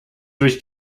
durch